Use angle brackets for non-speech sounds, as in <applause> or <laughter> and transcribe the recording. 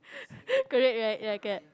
<laughs> correct right ya correct